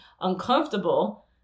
uncomfortable